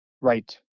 Right